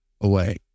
away